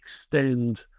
extend